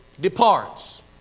departs